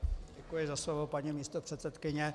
Děkuji za slovo, paní místopředsedkyně.